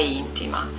intima